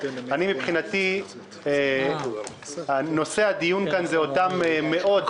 אבל מבחינתי נושא הדיון כאן הוא אותן מאות